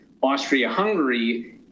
Austria-Hungary